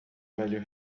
velho